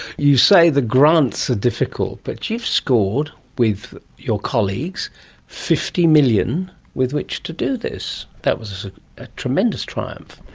you say the grants are difficult, but you've scored with your colleagues fifty million dollars with which to do this. that was a tremendous triumph.